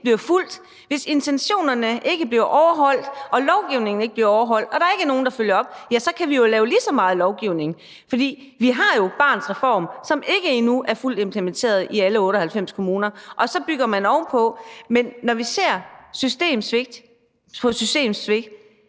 bliver fulgt, hvis intentionerne ikke bliver overholdt og lovgivningen ikke bliver overholdt og der ikke er nogen, der følger op, ja, så kan vi jo lave lige så meget lovgivning, vi vil. Vi har jo Barnets Reform, som ikke er fuldt implementeret endnu i alle 98 kommuner, og så bygger man ovenpå. Men når vi ser systemsvigt på systemsvigt,